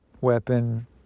weapon